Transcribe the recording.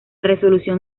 resolución